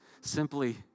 simply